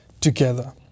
together